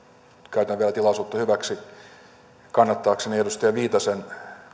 käytän vielä tilaisuutta hyväksi kannattaakseni edustaja viitasen